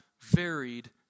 varied